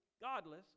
godless